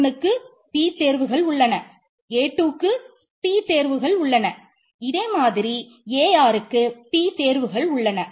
a1க்கு p தேர்வுகள் உள்ளன a2க்கு p தேர்வுகள் உள்ளன இதே மாதிரி arக்கு p தேர்வுகள் உள்ளன